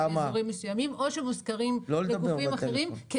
או שמושכרים לגופים אחרים,